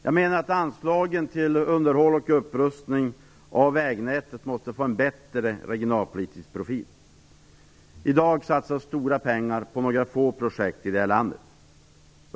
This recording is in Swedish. Jag menar att anslagen till underhåll och upprustning av vägnätet måste få en bättre regionalpolitisk profil. I dag satsas stora pengar på några få projekt i vårt land.